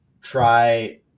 try